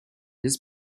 this